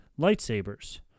lightsabers